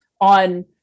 on